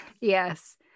Yes